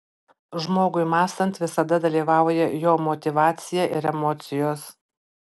žmogui mąstant visada dalyvauja jo motyvacija ir emocijos